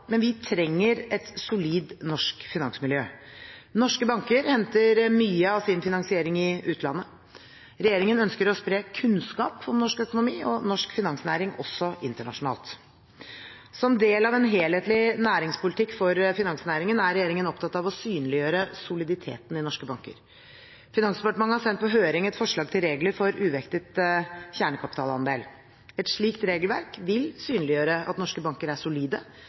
men vi trenger et solid norsk finansmiljø. Norske banker henter mye av sin finansiering i utlandet. Regjeringen ønsker å spre kunnskap om norsk økonomi og norsk finansnæring også internasjonalt. Som del av en helhetlig næringspolitikk for finansnæringen er regjeringen opptatt av å synliggjøre soliditeten i norske banker. Finansdepartementet har sendt på høring et forslag til regler for uvektet kjernekapitalandel. Et slikt regelverk vil synliggjøre at norske banker er solide